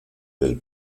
del